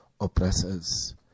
oppressors